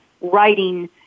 writing